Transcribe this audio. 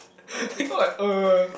okay